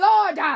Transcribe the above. Lord